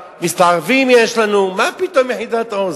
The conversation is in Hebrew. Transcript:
מסתערבים יש לנו, מה פתאום יחידת "עוז"?